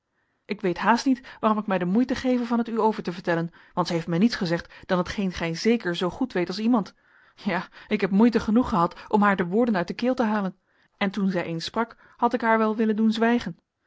ik weet haast niet waarom ik mij de moeite geve van het u over te vertellen want zij heeft mij niets gezegd dan hetgeen gij zeker zoogoed weet als iemand ja ik heb moeite genoeg gehad om haar de woorden uit de keel te halen en toen zij eens sprak had ik haar wel willen doen zwijgen